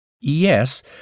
Yes